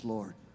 Lord